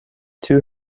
two